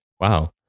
wow